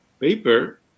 paper